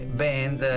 band